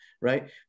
right